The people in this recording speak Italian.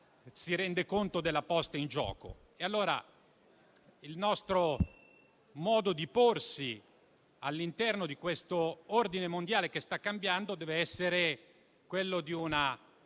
si rende conto della posta in gioco. Allora il nostro modo di porsi all'interno di questo ordine mondiale che sta cambiando deve essere quello di una